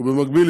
ובמקביל,